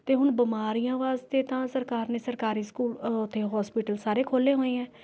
ਅਤੇ ਹੁਣ ਬਿਮਾਰੀਆਂ ਵਾਸਤੇ ਤਾਂ ਸਰਕਾਰ ਨੇ ਸਰਕਾਰੀ ਸਕੂ ਉੱਥੇ ਹੋਸਪੀਟਲ ਸਾਰੇ ਖੋਲ਼੍ਹੇ ਹੋਏ ਐਂ